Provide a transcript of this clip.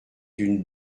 d’une